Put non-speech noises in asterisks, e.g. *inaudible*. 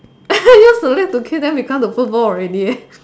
*laughs* you so let to kick them become the football already eh